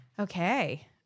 Okay